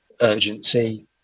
urgency